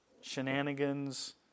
shenanigans